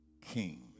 king